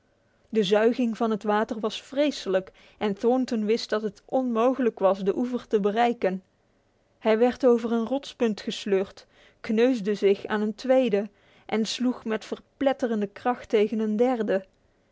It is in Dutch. de zuiging van het water was vreselijk en thornton wist dat het onmogelijk was de oever te bereiken hij werd over een rotspunt gesleurd kneusde zich aan een tweede en sloeg met verpletterende kracht tegen een derde